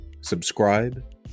subscribe